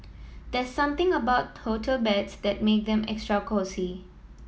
there's something about hotel beds that made them extra cosy